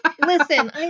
listen